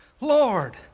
Lord